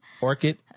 orchid